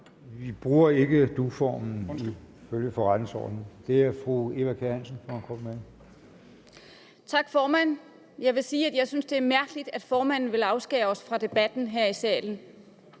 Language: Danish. Vi bruger ikke duformen ifølge forretningsordenen. Det er fru Eva Kjer Hansen for en kort bemærkning. Kl. 10:24 Eva Kjer Hansen (V): Tak, formand. Jeg vil sige, at jeg synes, det er mærkeligt, at formanden vil afskære os fra debatten her i salen.